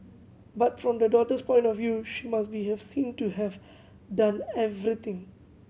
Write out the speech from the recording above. but from the daughter's point of view she must be have seen to have done everything